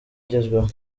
igezweho